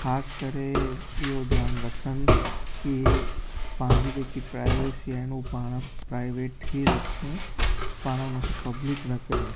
ख़ासि करे इहो ध्यानु रखन की पांजी जेकी प्राइवेसी आहिनि हूअ पाण प्राइवेट ई रखूं पाण हुनखे पब्लिक न कयूं